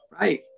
right